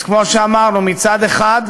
אז כמו שאמרנו, מצד אחד,